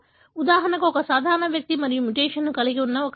ఉదాహరణకు ఒక సాధారణ వ్యక్తి మరియు మ్యుటేషన్ని కలిగి ఉన్న ఒక వ్యక్తి